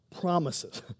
promises